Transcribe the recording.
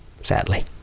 sadly